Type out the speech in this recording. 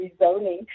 rezoning